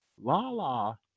Lala